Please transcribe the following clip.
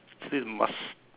fill with mush